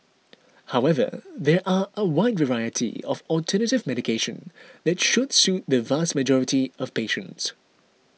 however there are a wide variety of alternative medication that should suit the vast majority of patients